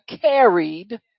carried